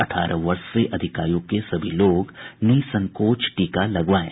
अठारह वर्ष से अधिक आयु के सभी लोग निःसंकोच टीका लगवाएं